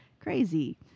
crazy